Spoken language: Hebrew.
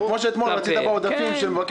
זה כמו שאתמול רצית מן העודפים של מבקר